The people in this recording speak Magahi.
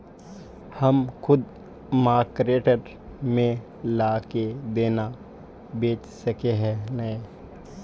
हम खुद मार्केट में ला के दाना बेच सके है नय?